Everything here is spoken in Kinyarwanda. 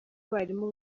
barimu